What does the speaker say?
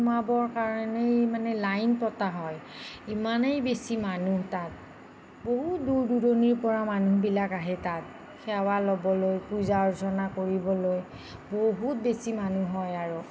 তাত সোমাবৰ কাৰণেই মানে লাইন পতা হয় ইমানেই বেছি মানুহ তাত বহু দূৰ দূৰণিৰ পৰা মানুহবিলাক আহে তাত সেৱা ল'বলৈ পূজা অৰ্চনা কৰিবলৈ বহুত বেছি মানুহ হয় আৰু